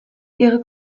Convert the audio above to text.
ihre